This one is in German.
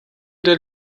der